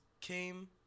came